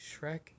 Shrek